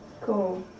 cool